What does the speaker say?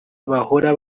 bahora